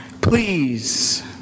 Please